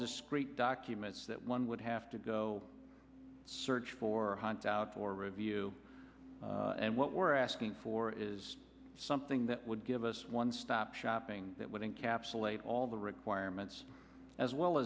discrete documents that one would have to go search for hans out for review and what we're asking for is something that would give us one stop shopping that wouldn't capsulated all the requirements as well